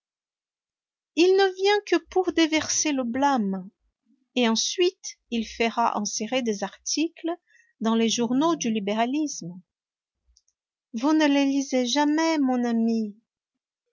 il ne vient que pour déverser le blâme et ensuite il fera insérer des articles dans les journaux du libéralisme vous ne les lisez jamais mon ami